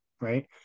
right